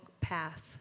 path